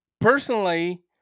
Personally